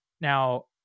now